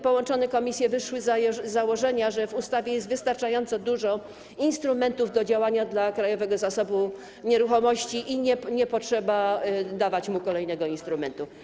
Połączone komisje wyszły z założenia, że w ustawie jest wystarczająco dużo instrumentów do działania dla Krajowego Zasobu Nieruchomości i nie trzeba dawać mu kolejnego instrumentu.